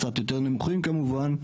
קצת יותר נמוכים כמובן,